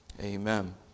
Amen